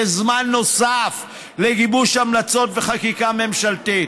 זמן נוסף לגיבוש המלצות וחקיקה ממשלתית.